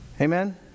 Amen